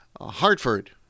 Hartford